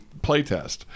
playtest